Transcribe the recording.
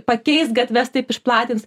pakeis gatves taip išplatins